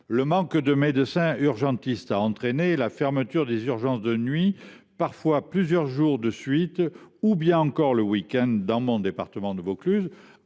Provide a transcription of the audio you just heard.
Le manque de médecins urgentistes a entraîné la fermeture des urgences de nuit, parfois plusieurs jours de suite, ou le week end dans mon département, le Vaucluse,